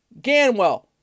Ganwell